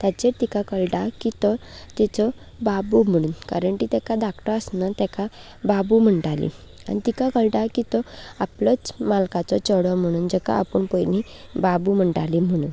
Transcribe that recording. ताचेर तिका कळटा की तो तीचो बाबू म्हणून कारण ती ताका धाकटो आसतना ताका बाबू म्हणटाली आनी तिका कळटा की तो आपलोच मालकाचो चेडो म्हणून जाका आपूण पयलीं बाबू म्हणटाली म्हणून